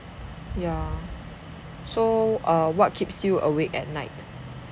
ya so err what keeps you awake at night